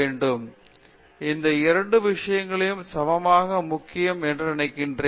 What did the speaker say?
பேராசிரியர் உஷா மோகன் இந்த இரண்டு விஷயங்களும் சமமாக முக்கியம் என்று நினைக்கிறேன்